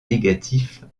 négatif